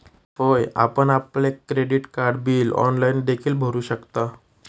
होय, आपण आपले क्रेडिट कार्ड बिल ऑनलाइन देखील भरू शकता